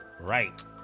right